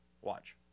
Watch